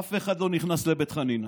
אף אחד לא נכנס לבית חנינא.